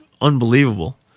unbelievable